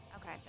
Okay